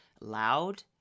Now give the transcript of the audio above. loud